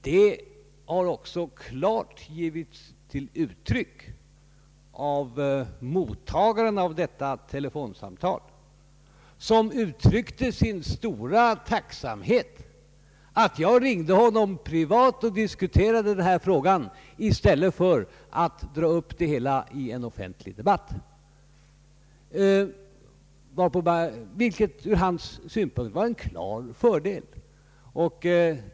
Detta har också klart givits till känna av mottagaren av detta telefonsamtal, som uttryckte sin stora tacksamhet över att jag ringde honom privat och diskuterade den här frågan i stället för att dra upp det hela i en offentlig debatt, vilket ur hans synpunkt var en klar fördel.